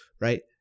right